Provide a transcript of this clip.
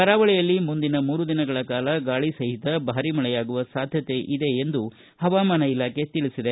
ಕರಾವಳಿಯಲ್ಲಿ ಮುಂದಿನ ಮೂರು ದಿನಗಳ ಕಾಲ ಗಾಳಿ ಸಹಿತ ಭಾರೀ ಮಳೆಯಾಗುವ ಸಾಧ್ಯತೆ ಇದೆ ಎಂದು ಹವಾಮಾನ ಇಲಾಖೆ ತಿಳಿಸಿದೆ